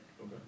Okay